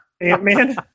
Ant-Man